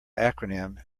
acronym